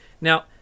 Now